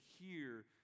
hear